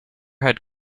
had